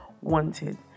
wanted